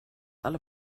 alle